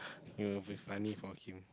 it will be funny for him